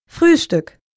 Frühstück